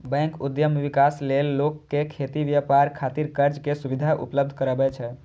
bank उद्यम विकास लेल लोक कें खेती, व्यापार खातिर कर्ज के सुविधा उपलब्ध करबै छै